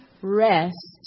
rest